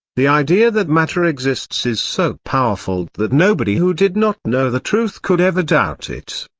the idea that matter exists is so powerful that nobody who did not know the truth could ever doubt it.